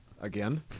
Again